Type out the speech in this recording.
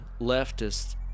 leftist